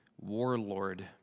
warlord